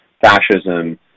fascism